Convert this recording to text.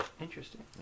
Interesting